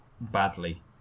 badly